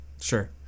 sure